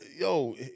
yo